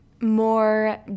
more